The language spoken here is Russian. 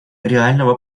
реального